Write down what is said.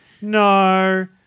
No